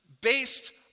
based